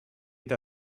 ida